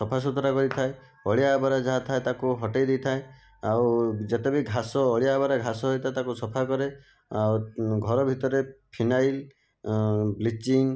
ସଫା ସୁତରା କରିଥାଏ ଅଳିଆ ଆବରା ଯାହା ଥାଏ ତାକୁ ହଟାଇ ଦେଇଥାଏ ଆଉ ଯେତେ ବି ଘାସ ଅଳିଆ ଆବରା ଘାସ ହୋଇଥାଏ ତାକୁ ସଫା କରେ ଆଉ ଘର ଭିତରେ ଫିନାଇଲ ବ୍ଲିଚିଂ